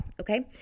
okay